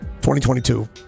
2022